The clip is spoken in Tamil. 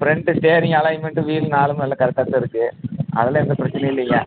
ஃப்ரெண்ட்டு ஸ்டேரிங் அலைன்மெண்ட்டு வீலு நாலும் எல்லாம் கரெக்டாக தான் இருக்கு அதெல்லாம் எந்த பிரச்சனையும் இல்லைங்க